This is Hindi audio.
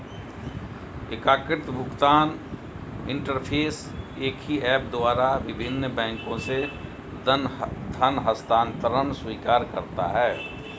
एकीकृत भुगतान इंटरफ़ेस एक ही ऐप द्वारा विभिन्न बैंकों से धन हस्तांतरण स्वीकार करता है